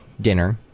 dinner